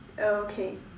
oh okay